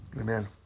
Amen